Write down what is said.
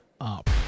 up